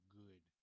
good